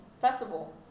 Festival